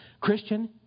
Christian